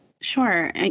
Sure